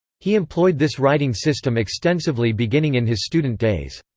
he employed this writing system extensively beginning in his student days.